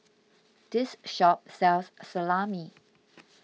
this shop sells Salami